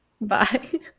Bye